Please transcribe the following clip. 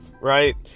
right